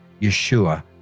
Yeshua